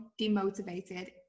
demotivated